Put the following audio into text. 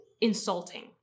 insulting